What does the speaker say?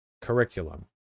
Curriculum